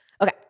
Okay